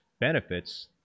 benefits